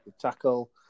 tackle